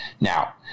now